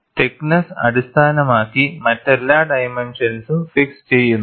thickness അടിസ്ഥാനമാക്കി മറ്റെല്ലാ ഡൈമെൻഷൻസും ഫിക്സ് ചെയ്യുന്നു